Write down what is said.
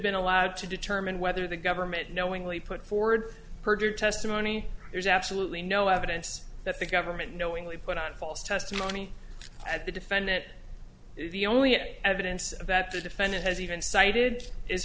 been allowed to determine whether the government knowingly put forward perjured testimony there's absolutely no evidence that the government knowingly put on false testimony at the defendant the only evidence that the defendant has even cited is